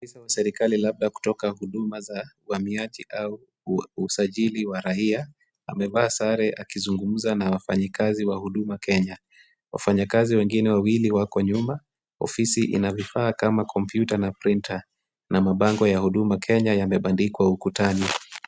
Afisa wa serikali labda kutoka huduma za uhamiaji au usajili wa raia. Amevaa sare akizungumza na wafanyakazi wa huduma Kenya. Wafanyakazi wengine wawili wako nyuma, ofisi ina vifaa kama computer na printer , na mabango ya huduma Kenya yame bandikwa ukutani.